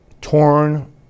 torn